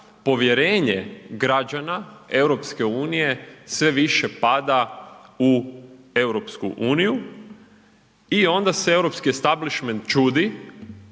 povjerenje građana EU sve više pada u EU i onda se europski